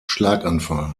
schlaganfall